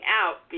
out